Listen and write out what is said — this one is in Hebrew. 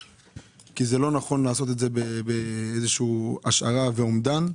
כי זה לא נכון לעשות את זה באיזו שהיא השערה ובאיזה שהוא אומדן.